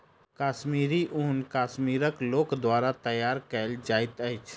कश्मीरी ऊन कश्मीरक लोक द्वारा तैयार कयल जाइत अछि